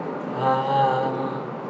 um